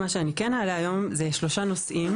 מה שאני כן אעלה היום זה שלושה נושאים